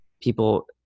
people